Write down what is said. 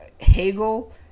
Hegel